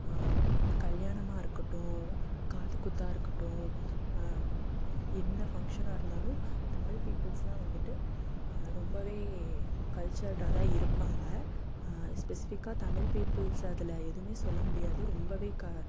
கல்யாணமாக இருக்கட்டும் காது குத்தாக இருக்கட்டும் என்ன ஃபங்க்ஷனாக இருந்தாலும் தமிழ் பீப்பிள்ஸ்லாம் வந்துட்டு ரொம்ப கல்ச்சர்டா தான் இருப்பாங்க ஸ்பெசிஃபிக்காக தமிழ் பீப்பிள்ஸ் அதில் எதுவுமே சொல்ல முடியாது ரொம்ப